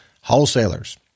Wholesalers